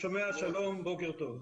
שלום, בוקר טוב.